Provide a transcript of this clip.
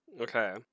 Okay